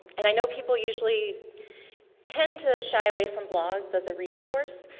and, i know people usually tend to shy away from blogs as a resource.